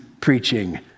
preaching